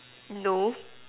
no